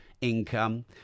income